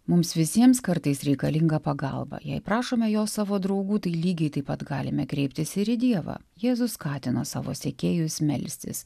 mums visiems kartais reikalinga pagalba jei prašome jos savo draugų tai lygiai taip pat galime kreiptis ir į dievą jėzus skatino savo sekėjus melstis